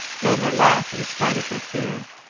made her laugh in spite of her fear,